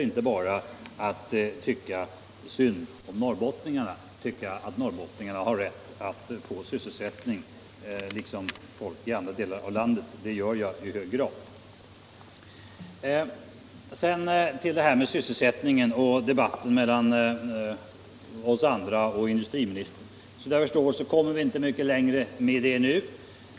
Den rätten har de i hög grad. Sedan till det här med sysselsättningen och debatten mellan industriministern och oss andra. Såvitt jag förstår kommer vi inte mycket längre.